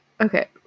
Okay